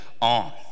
on